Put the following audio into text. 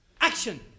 Action